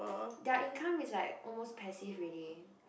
their income is like almost passive already